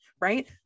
Right